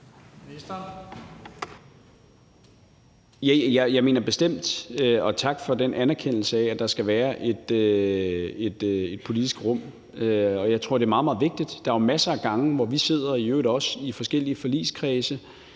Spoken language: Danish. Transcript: Jeg mener bestemt – og tak for den anerkendelse – at der skal være et politisk rum, og jeg tror, det er meget, meget vigtigt. Der er jo masser af gange, hvor vi sidder – i øvrigt også i forskellige forligskredse